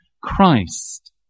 Christ